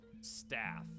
staff